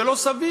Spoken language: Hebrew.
זה לא סביר.